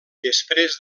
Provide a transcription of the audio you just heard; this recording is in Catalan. després